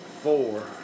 four